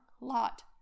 Lot